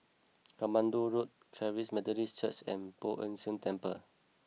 Katmandu Road Charis Methodist Church and Poh Ern Shih Temple